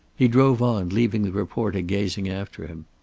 he drove on, leaving the reporter gazing after him.